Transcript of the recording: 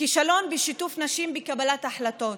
כישלון בשיתוף נשים בקבלת החלטות.